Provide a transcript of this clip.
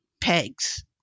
pegs